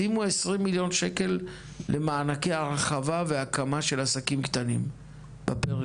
שימו 20 מיליון ₪ למענקי הרחבה והקמה של עסקים קטנים בפריפריה,